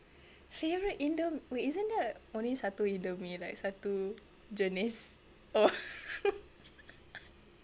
favourite indo~ wait isn't there a only satu indomie like satu jenis oh